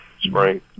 spring